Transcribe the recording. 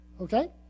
okay